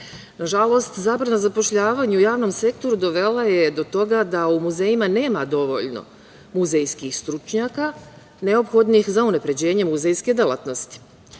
istorije. Nažalost, zabrana zapošljavanja u javnom sektoru dovela je do toga da u muzejima nema dovoljno muzejskih stručnjaka neophodnih za unapređenje muzejske delatnosti. Ja